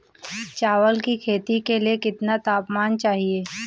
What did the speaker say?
चावल की खेती के लिए कितना तापमान चाहिए?